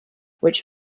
which